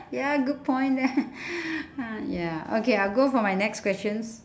ya good point there ah ya okay I'll go for my next questions